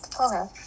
okay